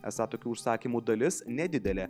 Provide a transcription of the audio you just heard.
esą tokių užsakymų dalis nedidelė